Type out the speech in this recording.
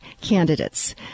candidates